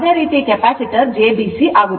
ಅದೇ ರೀತಿ capacitor jBC ಆಗುತ್ತದೆ